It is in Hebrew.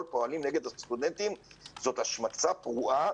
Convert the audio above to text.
פועלים נגד הסטודנטים זאת השמצה פרועה